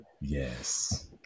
yes